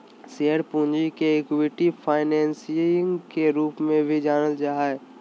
share पूंजी के equity financing के रूप में भी जानल जा हइ